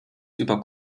über